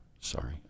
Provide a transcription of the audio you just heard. Sorry